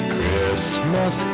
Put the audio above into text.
Christmas